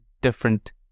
different